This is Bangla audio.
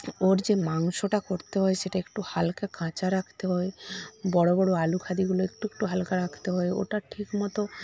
ওর যে মাংসটা করতে হয় সেটা একটু হালকা কাঁচা রাখতে হয় বড়ো বড়ো আলুখাদিগুলো একটু একটু হালকা রাখতে হয় ওটা ঠিকমতো